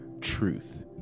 truth